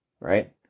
right